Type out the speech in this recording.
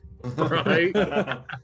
Right